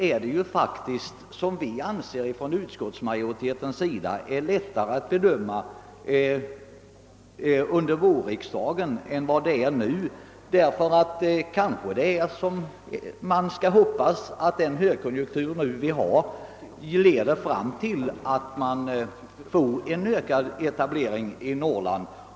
Inom utskottsmajoriteten anser vi emellertid att det är lättare att bedöma detta förändrade läge under kommande vårriksdag än det är i dag, eftersom man kan hoppas att den högkonjunktur som nu råder skall leda fram till en ökad etablering i Norrland.